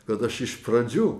kad aš iš pradžių